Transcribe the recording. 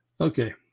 Okay